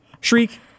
Shriek